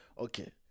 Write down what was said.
Okay